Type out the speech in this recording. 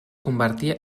convertí